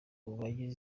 bagize